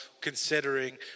considering